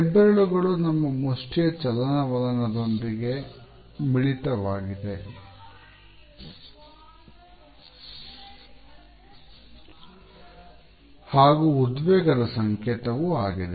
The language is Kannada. ಹೆಬ್ಬೆರಳುಗಳು ನಮ್ಮ ಮುಷ್ಟಿಯ ಚಲನವಲನದೊಂದಿಗೆ ಮಿಳಿತವಾಗಿದೆ ಹಾಗೂ ಉದ್ವೇಗದ ಸಂಕೇತವೂ ಆಗಿದೆ